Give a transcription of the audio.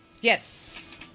Yes